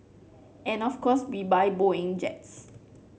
and of course we buy Boeing jets